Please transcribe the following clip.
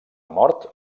mort